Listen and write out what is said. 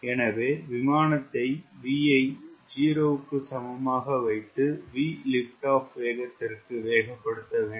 எனவே விமானத்தை V ஐ 0 க்கு சமமான வைத்து VLO வேகத்திற்கு வேகப்படுத்த வேண்டும்